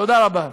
תודה רבה.